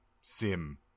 sim